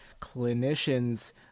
clinicians